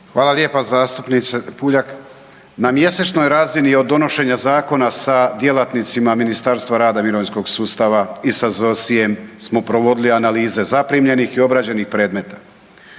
Hvala lijepa zastupnice Puljak. Na mjesečnoj razini od donošenja zakona sa djelatnicima Ministarstva rada, mirovinskog sustava i sa ZSOSI-em smo provodili analize zaprimljenih i obrađenih predmeta.